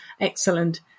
excellent